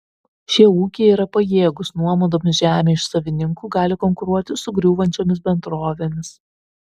šie ūkiai yra pajėgūs nuomodami žemę iš savininkų gali konkuruoti su griūvančiomis bendrovėmis